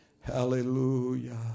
hallelujah